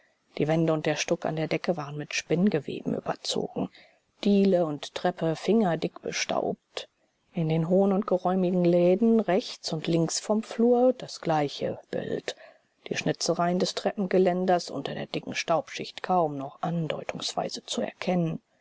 die wände und der stuck an der decke waren mit spinngeweben überzogen diele und treppe fingerdick bestaubt in den hohen und geräumigen läden rechts und links vom flur das gleiche bild die schnitzereien des treppengeländers unter der dicken staubschicht kaum noch andeutungsweise zu erkennen